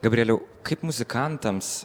gabrieliau kaip muzikantams